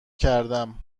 کردم